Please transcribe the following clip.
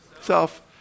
self